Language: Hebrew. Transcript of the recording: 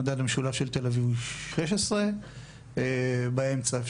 המדד המשולב של תל אביב הוא 16; באמצע יש